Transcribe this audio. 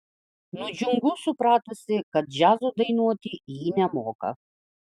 nudžiungu supratusi kad džiazo dainuoti ji nemoka